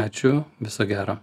ačiū viso gero